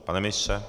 Pane ministře?